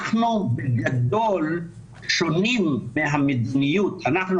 אנחנו בגדול שונים מהמדיניות אנחנו,